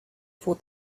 for